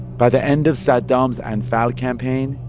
by the end of saddam's al-anfal campaign.